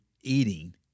eating